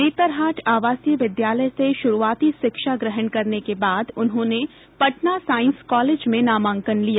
नेतरहाट आवासीय विद्यालय से शुरूआती शिक्षा ग्रहण करने के बाद उन्होंने पटना साइंस कॉलेज में नामांकन लिया